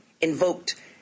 invoked